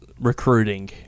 recruiting